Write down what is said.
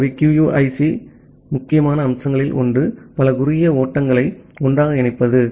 எனவே QUIC இன் முக்கியமான அம்சங்களில் ஒன்று பல குறுகிய ஓட்டங்களை ஒன்றாக இணைப்பது